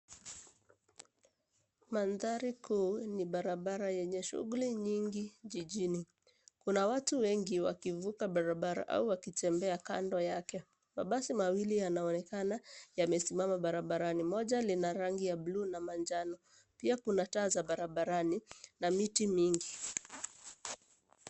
Mandhari kuu ni barabara yenye shughuli nyingi jijini. Kuna watu wengi wakivuka barabara au wakitembea kando yake. Mabasi mawili yanaonekana yamesimama barabarani. Moja lina rangi ya buluu na manjano. Pia kuna taa za barabarani na miti mingi.